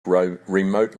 remote